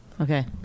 Okay